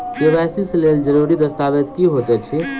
KYC लेल जरूरी दस्तावेज की होइत अछि?